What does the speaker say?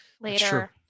later